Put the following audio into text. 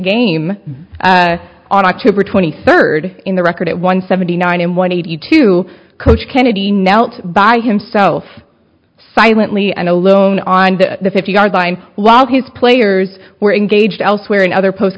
game on october twenty third in the record at one seventy nine and one eighty two coach kennedy knelt by himself silently and alone on the fifty yard line while his players were engaged elsewhere in other